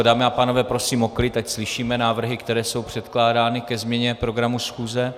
Dámy a pánové, prosím o klid, ať slyšíme návrhy, které jsou předkládány ke změně programu schůze.